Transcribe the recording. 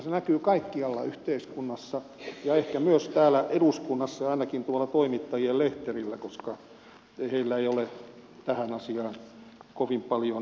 se näkyy kaikkialla yhteiskunnassa ja ehkä myös täällä eduskunnassa ja ainakin tuolla toimittajien lehterillä koska heillä ei ole tähän asiaan kovin paljon mielenkiintoa